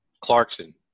Clarkson